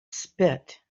spit